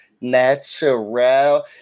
natural